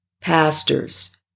pastors